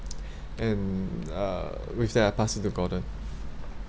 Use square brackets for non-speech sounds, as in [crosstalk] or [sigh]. [noise] and uh with that I'll pass it to gordon